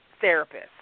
therapist